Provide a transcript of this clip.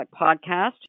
podcast